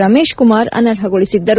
Ramesh Kumar ಅನರ್ಹಗೊಳಿಸಿದ್ದರು